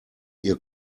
ihr